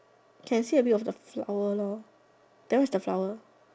can see a bit of the flower lor that one is the flower